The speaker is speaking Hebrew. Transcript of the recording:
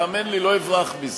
האמן לי, לא אברח מזה.